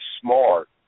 Smart